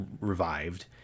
revived